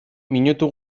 minutu